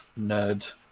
nerd